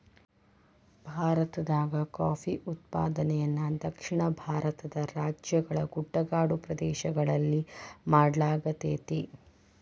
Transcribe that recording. ಭಾರತದಾಗ ಕಾಫಿ ಉತ್ಪಾದನೆಯನ್ನ ದಕ್ಷಿಣ ಭಾರತದ ರಾಜ್ಯಗಳ ಗುಡ್ಡಗಾಡು ಪ್ರದೇಶಗಳಲ್ಲಿ ಮಾಡ್ಲಾಗತೇತಿ